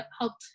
helped